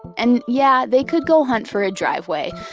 and yeah they could go hunt for a driveway,